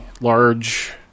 large